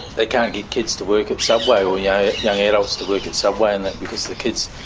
they can't get kids to work at subway or yeah young adults to work at subway and that, because the kids,